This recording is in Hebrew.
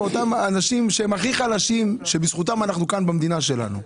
באותם אנשים שהם הכי חלשים ושבזכותם אנחנו כאן במדינה שלנו.